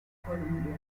columbia